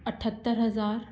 अठहत्तर हज़ार